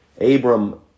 Abram